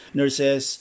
nurses